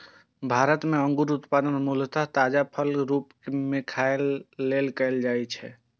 भारत मे अंगूरक उत्पादन मूलतः ताजा फलक रूप मे खाय लेल कैल जाइ छै